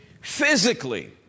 physically